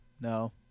No